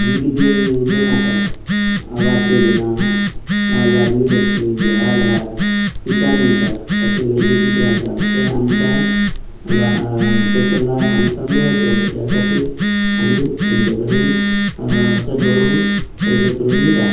जी कितें येवजण आसा आवास योजना लाडली लक्ष्मी ग्रह आधार किसान विकास अश्यो हें जे कितें आसा तें आमकां ला तेचो लाभ आमकां मेळचो ह्या खातीर आमी तेंचे कडेन अशें बरोवन अर्ज करून दिता